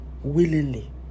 willingly